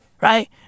Right